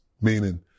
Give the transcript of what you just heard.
meaning